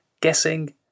guessing